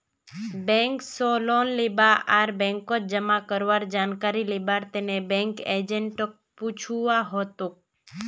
bank स loan लीबा आर बैंकत जमा करवार जानकारी लिबार तने बैंक एजेंटक पूछुवा हतोक